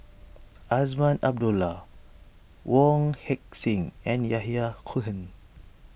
Azman Abdullah Wong Heck Sing and Yahya Cohen